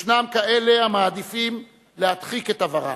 ישנם כאלה המעדיפים להדחיק את עברם,